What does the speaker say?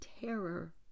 terror